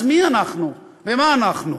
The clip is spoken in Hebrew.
אז מי אנחנו ומה אנחנו?